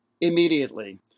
immediately